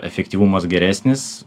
efektyvumas geresnis